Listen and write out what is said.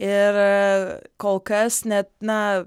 ir kol kas net na